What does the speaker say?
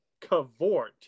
cavort